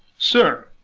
sir,